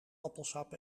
appelsap